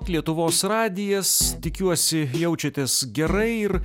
lietuvos radijas tikiuosi jaučiatės gerai ir